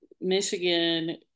Michigan